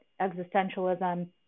existentialism